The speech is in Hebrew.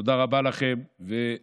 תודה רבה לכם, ואני